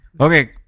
okay